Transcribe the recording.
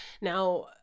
now